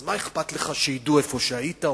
אז מה אכפת לך שידעו איפה היית.